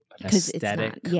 aesthetic